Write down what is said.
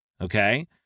Okay